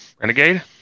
Renegade